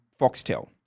Foxtel